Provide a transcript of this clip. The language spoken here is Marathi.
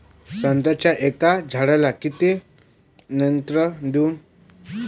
संत्र्याच्या एका झाडाले किती नत्र देऊ?